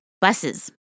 buses